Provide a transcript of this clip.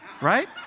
right